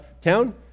town